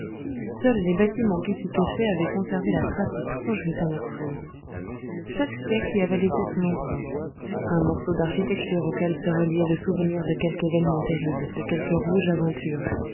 seuls les bâtiments qui s'y cachaient avaient conservé la trace d'étranges métamorphoses chaque siècle y avait laissé son empreinte un morceau d'architecture auquel se reliait le souvenir de quelque événement terrible de quelque rouge aventure